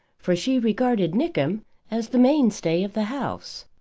for she regarded nickem as the mainstay of the house.